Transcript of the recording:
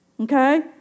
okay